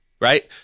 Right